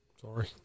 Sorry